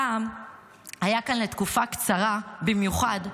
פעם היה כאן, לתקופה קצרה במיוחד,